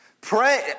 Pray